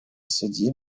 судей